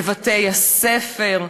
בבתי-הספר,